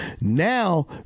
now